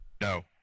No